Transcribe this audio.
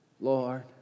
Lord